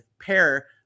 pair